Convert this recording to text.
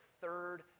third